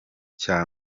cya